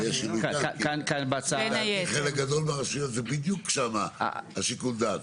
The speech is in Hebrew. בחלק גדול מהרשויות זה בדיוק שם שיקול הדעת.